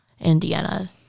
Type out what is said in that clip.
Indiana